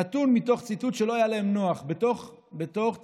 נתון מתוך ציטוט שלא היה להם נוח, בתוך תצהיר.